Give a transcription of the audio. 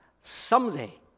Someday